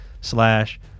slash